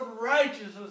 righteousness